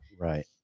right